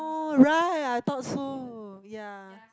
oh right I thought so ya